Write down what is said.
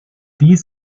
dies